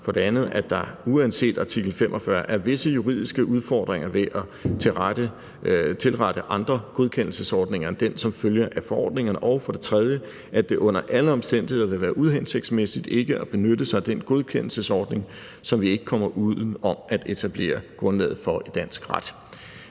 for det andet, at der uanset artikel 45 er visse juridiske udfordringer ved at tilrette andre godkendelsesordninger end den, som følger af forordningerne, og for det tredje, at det under alle omstændigheder vil være uhensigtsmæssigt ikke at benytte sig af den godkendelsesordning, som vi ikke kommer uden om at etablere grundlaget for i dansk ret.